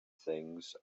things